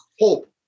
hope